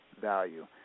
value